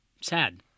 Sad